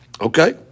Okay